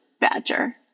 badger